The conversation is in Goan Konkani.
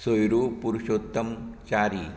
सोयुरू पुरूषोत्तम च्यारी